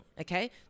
okay